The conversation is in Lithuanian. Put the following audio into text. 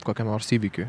kokiam nors įvykiui